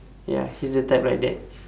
ya he's the type like that